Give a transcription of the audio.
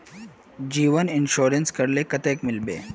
जीवन इंश्योरेंस करले कतेक मिलबे ई?